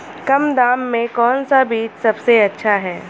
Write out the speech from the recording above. कम दाम में कौन सा बीज सबसे अच्छा है?